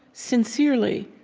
sincerely,